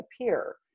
appear